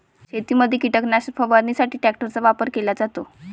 शेतीमध्ये कीटकनाशक फवारणीसाठी ट्रॅक्टरचा वापर केला जातो